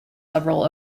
several